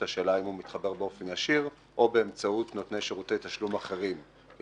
השאלה אם הוא מתחבר באופן ישיר או באמצעות נותני שירותי תשלום אחרים.